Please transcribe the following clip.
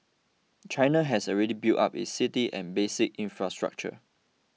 China has already built up its cities and basic infrastructure